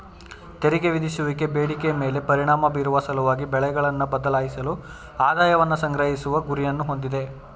ತೆರಿಗೆ ವಿಧಿಸುವಿಕೆ ಬೇಡಿಕೆ ಮೇಲೆ ಪರಿಣಾಮ ಬೀರುವ ಸಲುವಾಗಿ ಬೆಲೆಗಳನ್ನ ಬದಲಾಯಿಸಲು ಆದಾಯವನ್ನ ಸಂಗ್ರಹಿಸುವ ಗುರಿಯನ್ನ ಹೊಂದಿದೆ